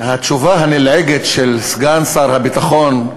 התשובה הנלעגת של סגן שר הביטחון,